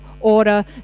order